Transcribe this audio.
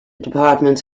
department